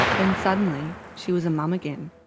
then suddenly, she was a mum again,